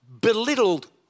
belittled